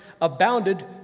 abounded